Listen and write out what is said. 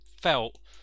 felt